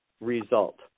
result